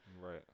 Right